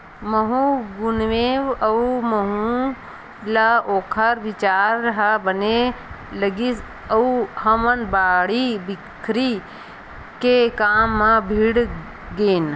महूँ गुनेव अउ महूँ ल ओखर बिचार ह बने लगिस अउ हमन बाड़ी बखरी के काम म भीड़ गेन